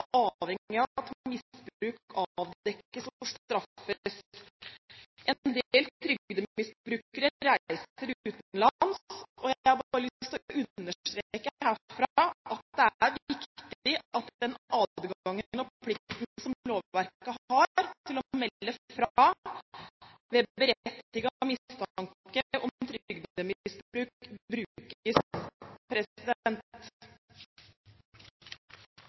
straffes. En del trygdemisbrukere reiser utenlands. Jeg har bare lyst til å understreke herfra at det er viktig at den adgangen og plikten man ved lovverket har til å melde fra ved berettiget mistanke om trygdemisbruk,